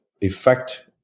effect